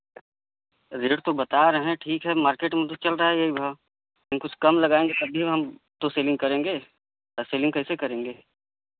rate तो बता रहे हैं ठीक है मार्केट में तो चल रहा है यही भाव अभी कुछ कम लगाएँगे तब भी हम तो सेविंग करेंगे नहीं सेविंग कैसे करेंगे